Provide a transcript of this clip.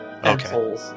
Okay